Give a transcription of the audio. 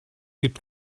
gibt